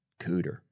Cooter